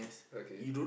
okay